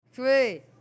Three